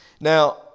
Now